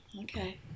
okay